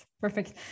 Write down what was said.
Perfect